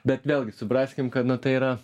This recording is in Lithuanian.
bet vėlgi supraskim kad nu tai yra